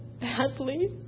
badly